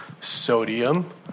Sodium